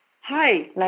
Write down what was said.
Hi